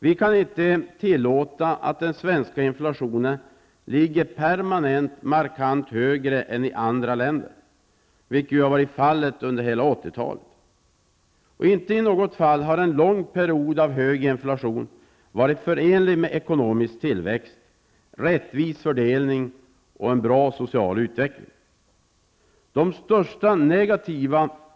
Vi kan inte tillåta att den svenska inflationen ligger permanent markant högre än i andra länder, vilket varit fallet under hela 1980-talet. Inte i något fall har en lång period av hög inflation varit förenlig med en ekonomisk tillväxt, rättvis fördelning och social utveckling.